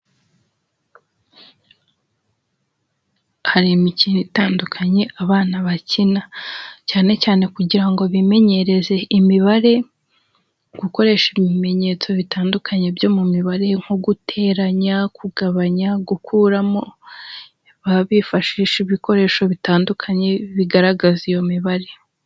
Hari imikino itandukanye abana bakina, cyane cyane kugira ngo bimenyereze imibare, gukoresha ibimenyetso bitandukanye byo mu mibare nko guteranya, kugabanya, gukuramo, baba bifashisha ibikoresho bitandukanye bigaragaza iyo mibare.